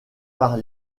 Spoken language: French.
par